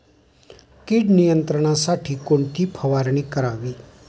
कीड नियंत्रणासाठी कोणती फवारणी करावी?